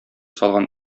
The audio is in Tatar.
салган